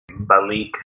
Balik